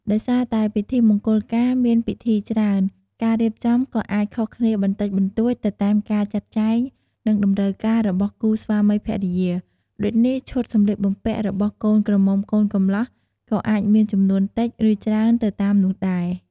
ដោយសារតែពិធីមង្គលការមានពិធីច្រើន ការរៀបចំក៏អាចខុសគ្នាបន្តិចបន្តួចទៅតាមការចាត់ចែង និងតម្រូវការរបស់គូស្វាមីភរិយា ដូចនេះ ឈុតសម្លៀកបំពាក់របស់កូនក្រមុំកូនកម្លោះក៏អាចមានចំនួនតិចឬច្រើនទៅតាមនោះដែរ។